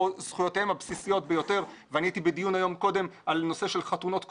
זכויותיהם הבסיסיות ביותר והייתי קודם בדיון על נושא של חתונות קורונה,